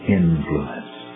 influence